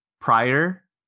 prior